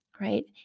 right